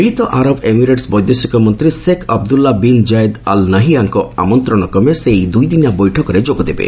ମିଳିତ ଆରବ ଏମିରେଟ୍ ବୈଦେଶିକ ମନ୍ତ୍ରୀ Sheikh Abdullah bin Zayed Al ନାହିଆଁଙ୍କ ଆମନ୍ତ୍ରଣ କ୍ରମେ ସେ ଏହିଦୁଇଦିନିଆ ବୈଠକରେ ଯୋଗଦେବେ